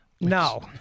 no